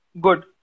good